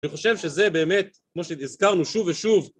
אני חושב שזה באמת, כמו שהזכרנו שוב ושוב